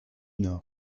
nord